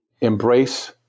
embrace